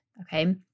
okay